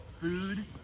food